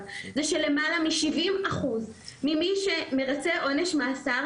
זה שלמעלה מ-70% ממי שמרצה עונש מאסר,